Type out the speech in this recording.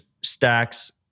Stacks